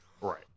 Right